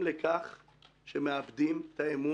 אומרים לי משהו ספציפי אל תיסעי בכביש כזה,